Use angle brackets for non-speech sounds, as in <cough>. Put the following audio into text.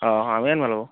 অ' <unintelligible>